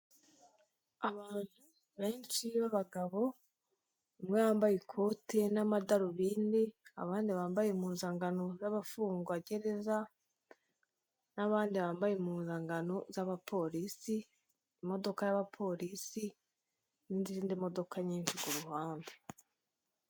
Abantu benshi b'abagabo umwe yambaye ikote n'amadarubindi, abandi bambaye impuzankano z'abafungwagereza n'abandi bambaye impuzankano z'abapolisi, imodoka y'abapolisi n'izindi modoka nyinshi ku ruhande.